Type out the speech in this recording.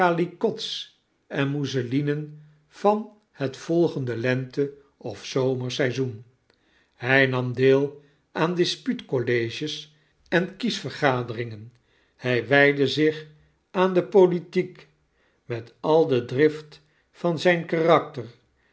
en mouselinen van het volgende lente of zomerseizoen hy nam deel aan dispuut colleges en kiesvergaderingen by wydde zich aan de politiek met al de drift van zyn karakter